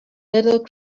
little